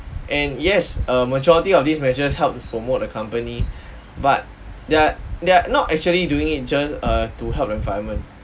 and yes a majority of these measures help to promote the company but they're they're not actually doing it just err to help the environment